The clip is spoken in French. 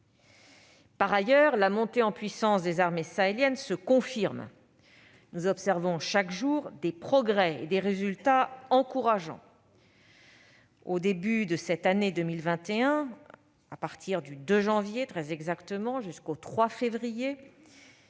Par ailleurs, la montée en puissance des armées sahéliennes se confirme : nous observons chaque jour des progrès et des résultats encourageants. Au début de cette année 2021, à partir du 2 janvier très exactement, jusqu'au 3 février,